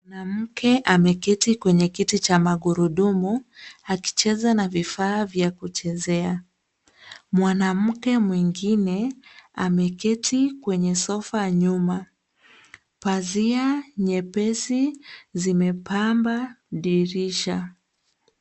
Mwanamke ameketi kwenye kiti cha magurudumu, akicheza na vifaa vya kuchezea. Mwanamke mwingine ameketi kwenye sofa nyuma yake. Pazia nyepesi zimepamba dirisha.